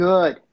Good